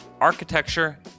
architecture